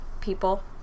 people